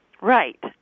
Right